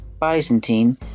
Byzantine